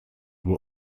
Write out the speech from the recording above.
were